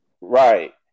right